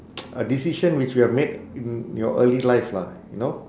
a decision which you have made in your early life lah you know